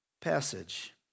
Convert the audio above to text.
passage